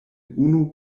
unu